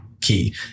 key